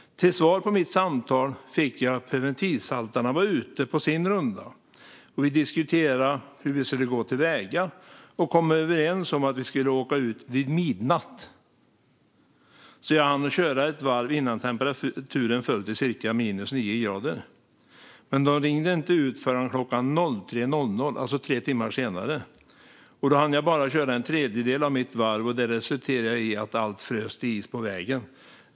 Till svar på mitt samtal fick jag att preventivsaltarna var ute på sin runda, och vi diskuterade hur vi skulle gå till väga. Vi kom överens om att vi skulle åka ut vid midnatt så att jag hann köra ett varv innan temperaturen föll till cirka minus nio grader. Men de ringde inte ut förrän klockan 03.00, alltså tre timmar senare. Då hann jag bara att köra en tredjedel av mitt varv. Det resulterade i att allt frös till is på vägen.